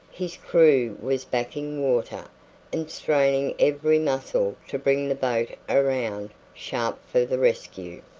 his crew was backing water and straining every muscle to bring the boat around sharp for the rescue.